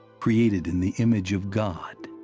created in the image of god.